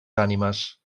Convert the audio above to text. ànimes